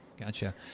Gotcha